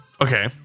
Okay